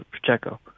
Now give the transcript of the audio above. Pacheco